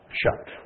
shut